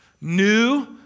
New